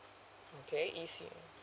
okay E C